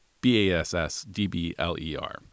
B-A-S-S-D-B-L-E-R